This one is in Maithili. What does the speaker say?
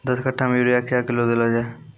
दस कट्ठा मे यूरिया क्या किलो देलो जाय?